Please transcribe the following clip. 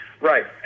Right